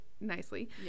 nicely